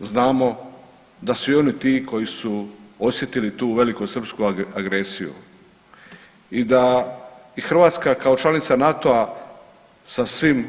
Znamo da su i oni ti koji su osjetili tu velikosrpsku agresiju i da i Hrvatska kao članica NATO-a sa svim,